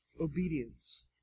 obedience